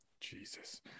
Jesus